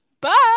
bye